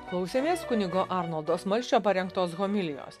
klausėmės kunigo arnoldo smalsčio parengtos homilijos